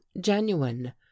genuine